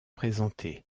présenté